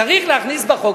צריך להכניס בחוק.